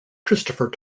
christopher